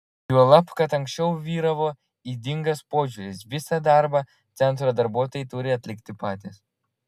juolab kad anksčiau vyravo ydingas požiūris visą darbą centro darbuotojai turi atlikti patys